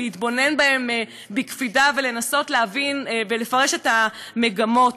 להתבונן בהם בקפידה ולנסות להבין ולפרש את המגמות.